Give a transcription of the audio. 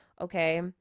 Okay